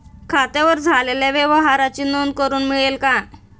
खात्यावर झालेल्या व्यवहाराची नोंद करून मिळेल का?